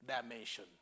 dimension